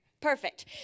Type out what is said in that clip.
Perfect